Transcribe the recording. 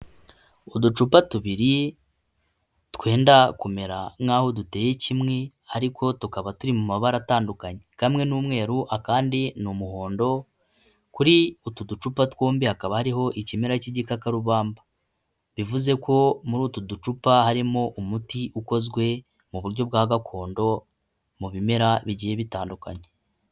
Uducupa tubiri, twenda kumera nk'aho duteye kimwe ariko tukaba turi mu mabara atandukanye. Kamwe ni umweru, akandi ni umuhondo, kuri utu ducupa twombi hakaba hariho ikimera cy'igikakarubamba. Bivuze ko muri utu ducupa harimo umuti ukozwe mu buryo bwa gakondo, mu bimera bigiye bitandukanye.